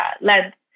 length